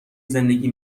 زندگی